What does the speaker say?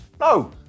no